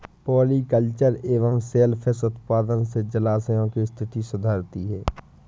polyculture एवं सेल fish उत्पादन से जलाशयों की स्थिति सुधरती है